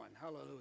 Hallelujah